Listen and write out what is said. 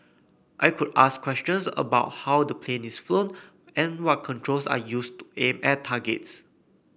I could ask questions about how the plane is flown and what controls are used to aim at targets